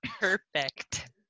Perfect